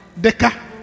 Deca